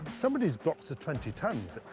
some of these blocks are twenty tons.